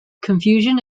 confusion